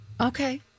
okay